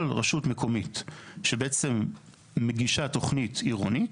כל רשות מקומית שבעצם מגישה תוכנית עירונית,